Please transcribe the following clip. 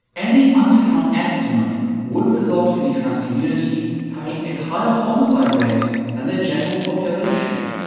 any undercount estimate would result in the trans community having a higher homicide rate than the general population,